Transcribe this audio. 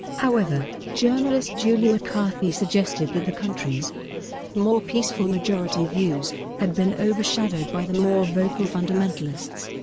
however, journalist julie mccarthy suggested that the country's more peaceful majority views had been overshadowed by the more vocal fundamentalists.